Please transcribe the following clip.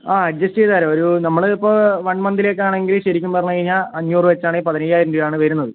ആ അഡ്ജസ്റ്റ് ചെയ്തുതരാം ഒരു നമ്മൾ ഇപ്പോൾ വൺ മന്തിലേക്കാണെങ്കിൽ ശരിക്കും പറഞ്ഞുകഴിഞ്ഞാൽ അഞ്ഞൂറുവെച്ചാണെങ്കിൽ പതിനയ്യായിരം രൂപ ആണ് വരുന്നത്